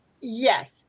Yes